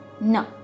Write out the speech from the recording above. No